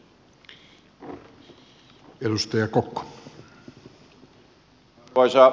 arvoisa puhemies